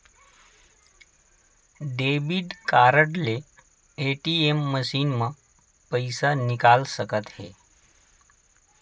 debit card ले ATM machine म पइसा निकाल सकत हे